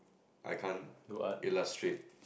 I can't illustrate